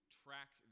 track